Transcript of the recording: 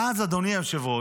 ואז, אדוני היושב-ראש,